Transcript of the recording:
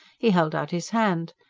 he held out his hand.